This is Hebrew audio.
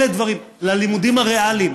ללימודים הריאליים.